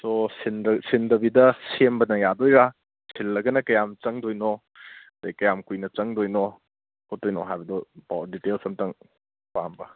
ꯁꯣ ꯁꯤꯟꯗꯕꯤꯗ ꯁꯦꯝꯕꯅ ꯌꯥꯒꯗꯣꯏꯔꯥ ꯁꯤꯜꯂꯒꯅ ꯀꯌꯥꯝ ꯆꯪꯒꯗꯣꯏꯅꯣ ꯑꯗꯒꯤ ꯀꯌꯥꯝ ꯀꯨꯏꯅ ꯆꯪꯒꯗꯣꯏꯅꯣ ꯈꯣꯠꯇꯣꯏꯅꯣ ꯍꯥꯏꯕꯗꯣ ꯗꯤꯇꯦꯜꯁ ꯑꯃꯨꯛꯇꯪ ꯄꯥꯝꯕ